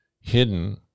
hidden